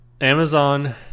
Amazon